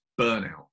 burnout